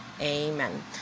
amen